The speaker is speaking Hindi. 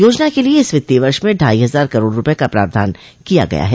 योजना के लिये इस वित्तीय वर्ष में ढाई हजार करोड़ रूपये का प्रावधान किया गया है